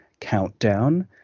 countdown